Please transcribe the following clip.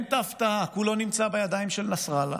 אלמנט ההפתעה כולו נמצא בידיים של נסראללה,